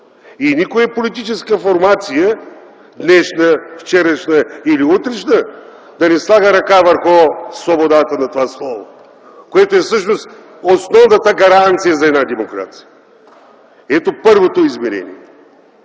и никоя политическа формация – днешна, вчерашна или утрешна, да не слага ръка върху свободата на това слово, което е всъщност основната гаранция за една демокрация! Ето първото измерение.